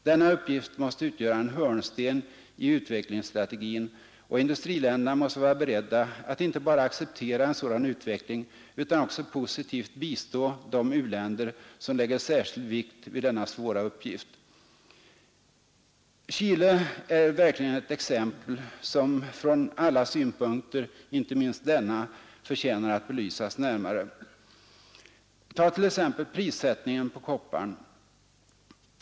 Denna uppgift måste utgöra en hörnsten i utvecklingsstrategin, och industriländerna måste vara beredda att inte bara acceptera en sådan utveckling utan också positivt bistå de u-länder som lägger särskild vikt vid denna svåra uppgift.” Chile är verkligen ett exempel, som från alla synpunkter — inte minst denna — förtjänar att belysas närmare. Ta t.ex. prissättningen på kopparn.